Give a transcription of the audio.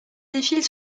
défilent